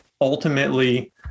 ultimately